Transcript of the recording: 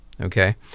Okay